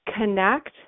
connect